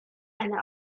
eine